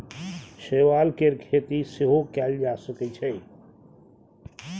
शैवाल केर खेती सेहो कएल जा सकै छै